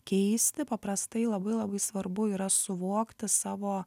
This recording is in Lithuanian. keisti paprastai labai labai svarbu yra suvokti savo